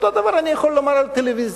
אותו הדבר אני יכול לומר על הטלוויזיה,